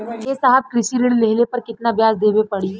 ए साहब कृषि ऋण लेहले पर कितना ब्याज देवे पणी?